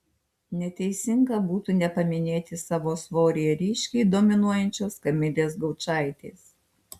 neteisinga būtų nepaminėti savo svoryje ryškiai dominuojančios kamilės gaučaitės